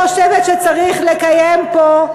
אני חושבת שצריך לקיים פה,